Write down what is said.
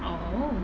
oh